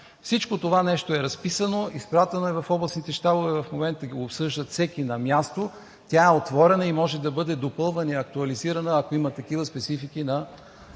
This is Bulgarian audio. Всичко това е разписано, изпратено е в областните щабове. В момента го обсъждат на място. Тя е отворена и може да бъде допълвана и актуализирана, ако има такива специфики на